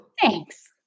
Thanks